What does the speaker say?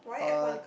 uh